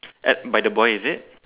at by the boy is it